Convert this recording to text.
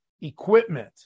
equipment